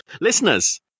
listeners